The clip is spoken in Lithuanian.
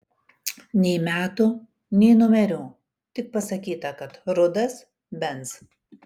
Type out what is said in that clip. nei metų nei numerių tik pasakyta kad rudas benz